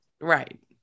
right